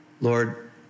Lord